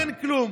אין כלום.